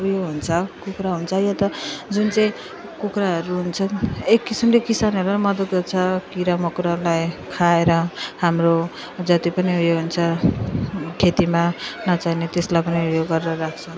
उयो हुन्छ कुखुरा हुन्छ वा त जुन चाहिँ कुखुराहरू हुन्छ एक किसिमले किसानहरूलाई मदत गर्छ किरा माकुरालाई खाएर हाम्रो जति पनि उयो हुन्छ खेतीमा नचाहिने त्यसलाई पनि उयो गरेर राख्छ